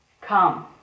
Come